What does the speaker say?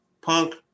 Punk